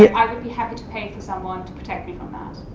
i would be happy to pay for someone to protect me from that.